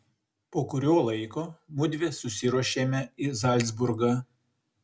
po kurio laiko mudvi susiruošėme į zalcburgą